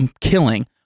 killing